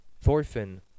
Thorfinn